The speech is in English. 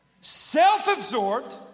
self-absorbed